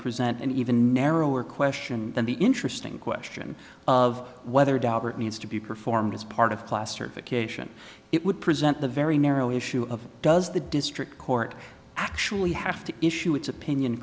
present and even narrower question than the interesting question of whether daubert needs to be performed as part of class or vacation it would present the very narrow issue of does the district court actually have to issue its opinion